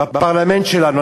בפרלמנט שלנו.